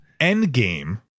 Endgame